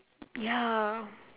ya